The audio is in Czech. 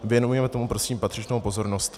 Věnujme tomu prosím patřičnou pozornost.